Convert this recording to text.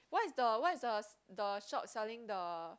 what is the what is the the shop selling the